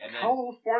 California